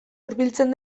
hurbiltzen